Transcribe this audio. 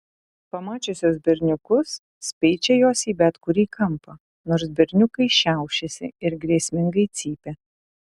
pamačiusios berniukus speičia jos į bet kurį kampą nors berniukai šiaušiasi ir grėsmingai cypia